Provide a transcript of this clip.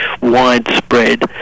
widespread